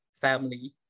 family